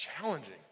challenging